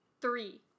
Three